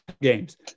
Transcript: games